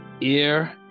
Ear